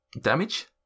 damage